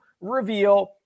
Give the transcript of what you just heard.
reveal